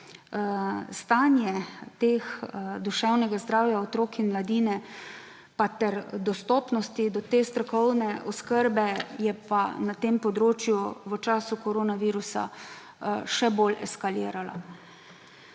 Stanje duševnega zdravja otrok in mladine ter dostopnosti do te strokovne oskrbe sta pa na tem področju v času koronavirusa še bolj eskalirala.